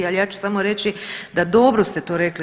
Ali ja ću samo reći da dobro ste to rekli.